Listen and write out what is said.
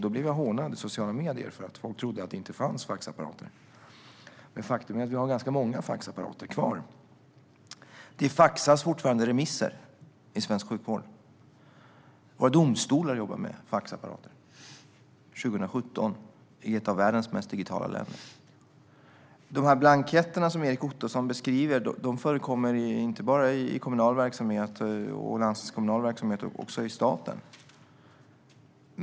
Då blev jag hånad i sociala medier, eftersom folk trodde att det inte finns faxapparater. Men faktum är att vi har ganska många faxapparater kvar. Det faxas fortfarande remisser i svensk sjukvård. Våra domstolar jobbar med faxapparater 2017 i ett av världens mest digitala länder. De blanketter som Erik Ottoson talar om förekommer inte bara i kommunal och landstingskommunal verksamhet utan också i staten.